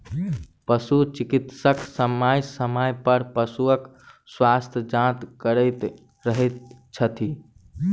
पशु चिकित्सक समय समय पर पशुक स्वास्थ्य जाँच करैत रहैत छथि